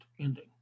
ending